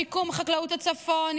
שיקום חקלאות הצפון,